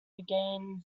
regain